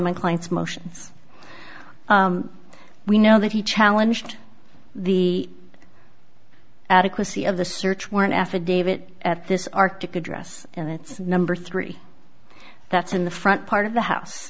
my client's motions we know that he challenged the adequacy of the search warrant affidavit at this arctic address and it's number three that's in the front part of the house